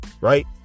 Right